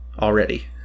Already